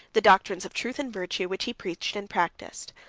the doctrines of truth and virtue which he preached and practised.